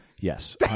yes